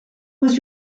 was